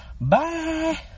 Bye